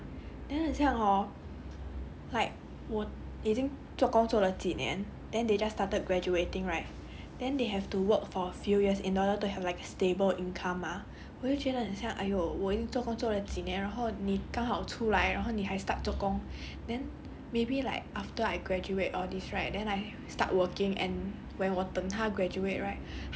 我就觉得要等他这样 then 很像 hor like 我已经做工作了几年 then they just started graduating right then they have to work for a few years in order to have like a stable income mah 我就觉得很像 !aiyo! 我已经做工做了几年然后你刚好出来然后你还 start 做工 then maybe like after I graduate all these right then I start working and